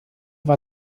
war